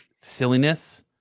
silliness